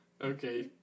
Okay